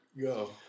Go